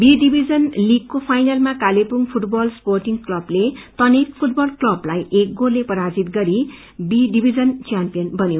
be division लीगको फाइनलमा Kalimpong football sporting क्लबले तनेक फूटबल क्लबलाई एक गोलले पराजित गरि बी डिमीजन च्याम्पियन बन्यो